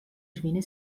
schwäne